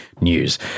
News